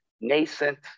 nascent